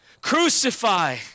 crucify